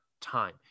time